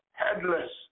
headless